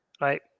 right